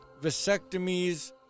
vasectomies